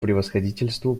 превосходительству